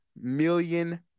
million